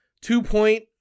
two-point